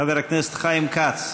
חבר הכנסת חיים כץ.